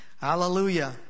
Hallelujah